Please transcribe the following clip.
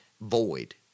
void